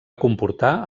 comportar